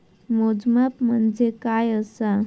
मोजमाप म्हणजे काय असा?